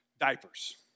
Diapers